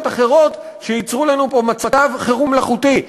אחרות שייצרו לנו פה מצב חירום מלאכותי".